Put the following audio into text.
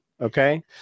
Okay